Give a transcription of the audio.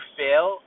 fail